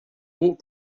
walk